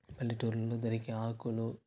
పల్లెటూరిలో దొరికే ఆకులు